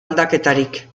aldaketarik